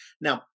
Now